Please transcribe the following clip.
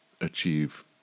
achieve